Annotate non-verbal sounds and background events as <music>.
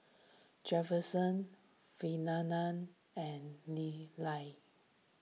Jefferson <unintelligible> and Lilia